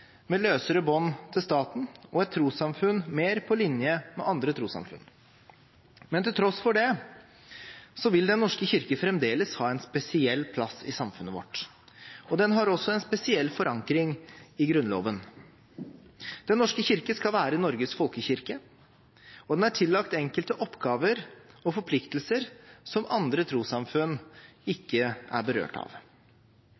med løsere bånd til staten og et trossamfunn mer på linje med andre trossamfunn. Men til tross for det vil Den norske kirke fremdeles ha en spesiell plass i samfunnet vårt. Den har også en spesiell forankring i Grunnloven. Den norske kirke skal være Norges folkekirke, og den er tillagt enkelte oppgaver og forpliktelser som andre trossamfunn ikke er berørt av.